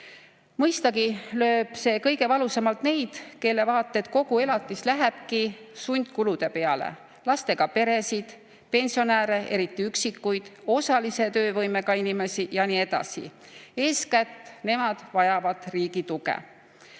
Mõistagi lööb see kõige valusamalt neid, kelle vaat et kogu elatis lähebki sundkulude peale – lastega pered, pensionärid, eriti üksikud, osalise töövõimega inimesed ja nii edasi. Eeskätt nemad vajavad riigi tuge.